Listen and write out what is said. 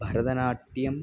Bharatanatyam